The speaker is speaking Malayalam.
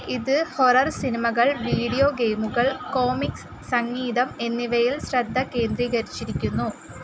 ഇത് ഹൊറർ സിനിമകൾ വീഡിയോ ഗെയിമുകൾ കോമിക്സ് സംഗീതം എന്നിവയിൽ ശ്രദ്ധ കേന്ദ്രീകരിച്ചിരിക്കുന്നു